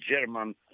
German